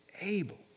able